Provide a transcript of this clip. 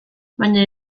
baina